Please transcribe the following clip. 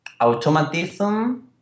Automatism